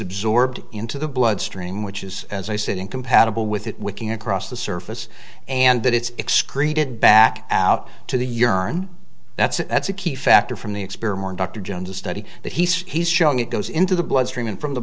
absorbed into the bloodstream which is as i said incompatible with it wicking across the surface and that it's excrete it back out to the urine that's that's a key factor from the experiment dr jones a study that he says he's showing it goes into the bloodstream and from the